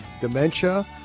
dementia